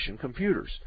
computers